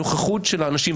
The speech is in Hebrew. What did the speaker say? הנוכחות של האנשים,